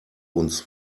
uns